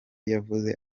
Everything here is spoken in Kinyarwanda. yavuze